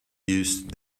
used